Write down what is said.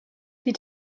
die